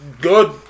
good